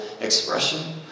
expression